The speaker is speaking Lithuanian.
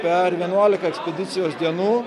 per vienuolika ekspedicijos dienų